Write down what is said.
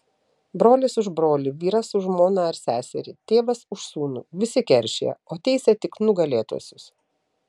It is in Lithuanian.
brolis už brolį vyras už žmoną ar seserį tėvas už sūnų visi keršija o teisia tik nugalėtuosius